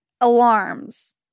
alarms